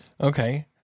Okay